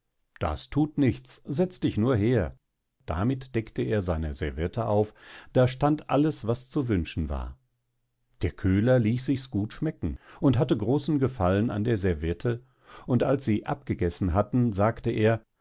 das thut nichts setz dich nur her damit deckte er seine serviette auf da stand alles was zu wünschen war der köhler ließ sichs gut schmecken und hatte großen gefallen an der serviette und als sie abgegessen hatten sagte er